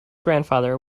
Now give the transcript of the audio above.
grandfather